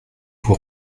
vous